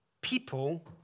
people